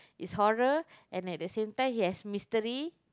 it's horror and at the same time he has mystery